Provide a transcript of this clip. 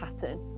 pattern